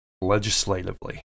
legislatively